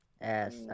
Yes